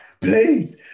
please